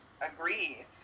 agree